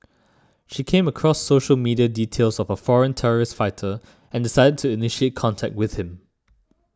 she came across social media details of a foreign terrorist fighter and decided to initiate contact with him